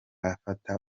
afata